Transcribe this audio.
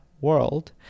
world